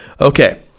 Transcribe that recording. Okay